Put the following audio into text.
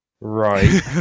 Right